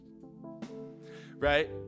Right